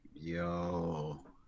Yo